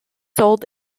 sold